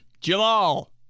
Jamal